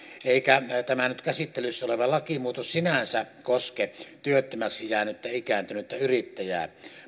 eikä tämä nyt käsittelyssä oleva lakimuutos sinänsä koske työttömäksi jäänyttä ikääntynyttä yrittäjää